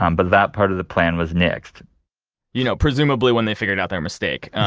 um but that part of the plan was nixed you know presumably when they figured out their mistake.